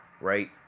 right